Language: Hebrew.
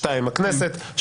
2. הכנסת.